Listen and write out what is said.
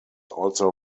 also